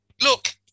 Look